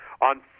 on